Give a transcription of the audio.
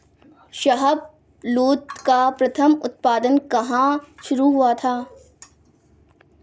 शाहबलूत का प्रथम उत्पादन कहां शुरू हुआ था?